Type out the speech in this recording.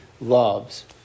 loves